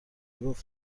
گفت